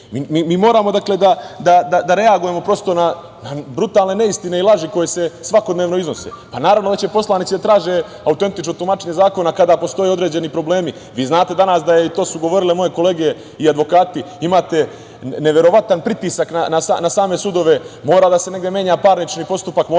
Moramo da reagujemo na brutalne neistine i laži koje se svakodnevno iznose. Naravno da će poslanici da traže autentično tumačenje zakona kada postoje određeni problemi. Znate da danas imate, a to su govore i moje kolege, advokati, imate neverovatan pritisak na same sudove. Mora negde da se menja parnični postupak,